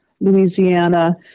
Louisiana